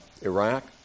Iraq